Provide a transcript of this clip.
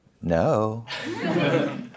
No